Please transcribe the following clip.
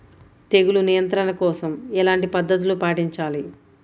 తెగులు నియంత్రణ కోసం ఎలాంటి పద్ధతులు పాటించాలి?